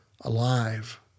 alive